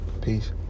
Peace